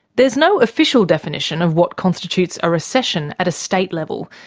there's no official definition of what constitutes a recession at a state level,